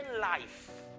life